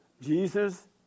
Jesus